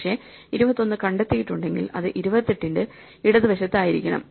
പക്ഷേ 21 കണ്ടെത്തിയിട്ടുണ്ടെങ്കിൽ അത് 28 ന്റെ ഇടതുവശത്തായിരിക്കണം